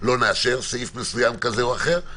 לא נאשר סעיף מסוים כזה או אחר.